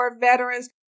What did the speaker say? veterans